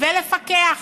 ולפקח.